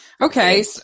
okay